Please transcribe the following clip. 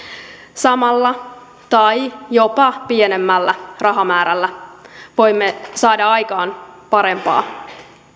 samalla tai jopa pienemmällä rahamäärällä voimme saadaan aikaan parempaa